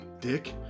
dick